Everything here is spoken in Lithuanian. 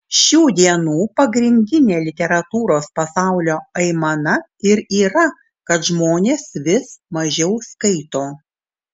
šių dienų pagrindinė literatūros pasaulio aimana ir yra kad žmonės vis mažiau skaito